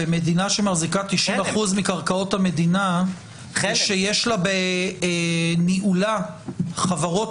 במדינה שמחזיקה 90% מקרקעות המדינה ויש בניהולה חברות